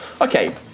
Okay